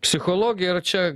psichologiją yra čia